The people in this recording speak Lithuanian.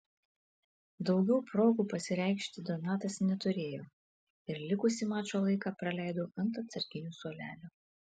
daugiau progų pasireikšti donatas neturėjo ir likusį mačo laiką praleido ant atsarginių suolelio